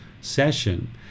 session